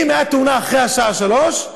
אם הייתה תאונה אחרי השעה 15:00,